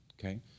okay